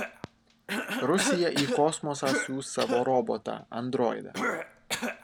rusija į kosmosą siųs savo robotą androidą